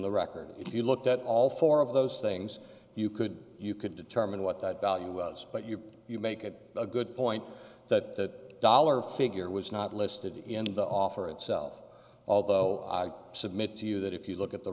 the record if you looked at all four of those things you could you could determine what that value was but you you make a good point that dollar figure was not listed in the offer itself although i submit to you that if you look at the